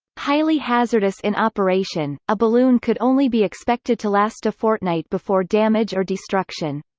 highly hazardous in operation, a balloon could only be expected to last a fortnight before damage or destruction.